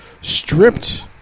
stripped